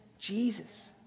Jesus